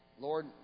Lord